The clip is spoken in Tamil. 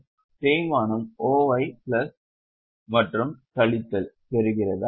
எனவே தேய்மானம் OI பிளஸ் மற்றும் கழித்தல் பெறுகிறதா